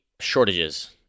shortages